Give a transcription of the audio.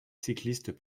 cyclistes